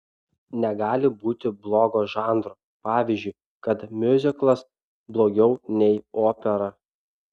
negali būti blogo žanro pavyzdžiui kad miuziklas blogiau nei opera